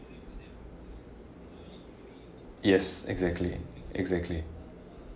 yes exactly exactly